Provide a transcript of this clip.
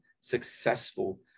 successful